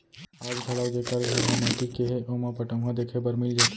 आज घलौ जेकर घर ह माटी के हे ओमा पटउहां देखे बर मिल जाथे